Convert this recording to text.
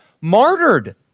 martyred